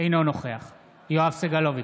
אינו נוכח יואב סגלוביץ'